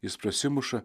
jis prasimuša